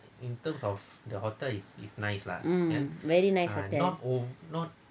mm very nice hotel